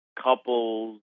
couples